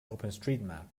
openstreetmap